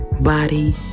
body